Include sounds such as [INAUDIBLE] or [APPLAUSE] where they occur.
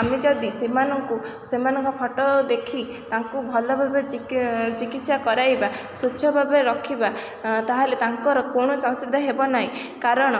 ଆମେ ଯଦି ସେମାନଙ୍କୁ ସେମାନଙ୍କ [UNINTELLIGIBLE] ଦେଖି ତାଙ୍କୁ ଭଲ ଭାବେ ଚିକିତ୍ସା କରାଇବା ସ୍ୱଚ୍ଛ ଭାବେ ରଖିବା ତାହେଲେ ତାଙ୍କର କୌଣସି ଅସୁବିଧା ହେବ ନାହିଁ କାରଣ